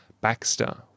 Baxter